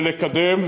ולקדם,